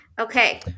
Okay